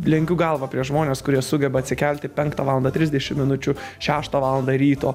lenkiu galvą prieš žmones kurie sugeba atsikelti penktą valandą trisdešim minučių šeštą valandą ryto